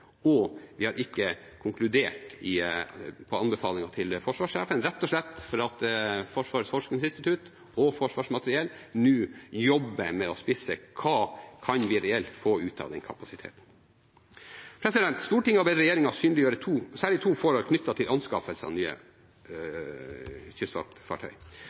og vi har ikke konkludert når det gjelder anbefalingen til forsvarssjefen, rett og slett fordi Forsvarets forskningsinstitutt og Forsvarsmateriell nå jobber med å spisse det, hva vi reelt kan få ut av den kapasiteten. Stortinget har bedt regjeringen synliggjøre særlig to forhold knyttet til anskaffelse av nye kystvaktfartøy.